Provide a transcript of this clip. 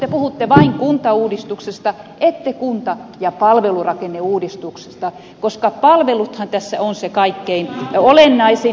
te puhutte vain kuntauudistuksesta ette kunta ja palvelurakenneuudistuksesta koska palveluthan tässä on se kaikkein olennaisin asia